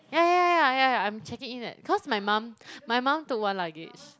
ya ya ya ya ya I'm checking in at cause my mum my mum took one luggage